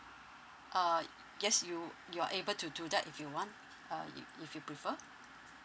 uh yes you you're able to do that if you want uh you if you prefer